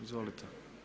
Izvolite.